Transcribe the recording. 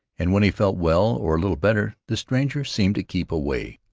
and when he felt well or a little better, the stranger seemed to keep away.